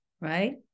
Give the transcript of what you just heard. Right